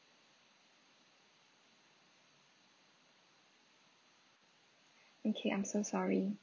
okay I'm so sorry